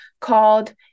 called